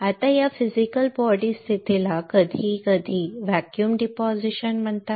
आता या फिजिकल शरीर स्थितीला कधीकधी व्हॅक्यूम डिपॉझिशन म्हणतात